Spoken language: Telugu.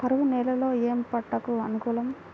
కరువు నేలలో ఏ పంటకు అనుకూలం?